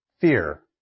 Fear